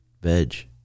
veg